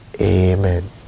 Amen